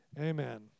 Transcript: amen